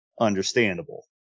Understandable